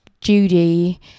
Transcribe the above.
Judy